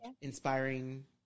inspiring